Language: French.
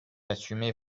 assumez